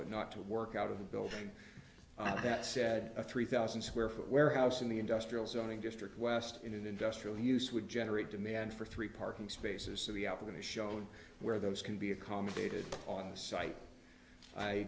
when not to work out of the building that said a three thousand square foot warehouse in the industrial zoning district west in an industrial use would generate demand for three parking spaces to the out of the show where those can be accommodated on site i